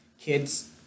kids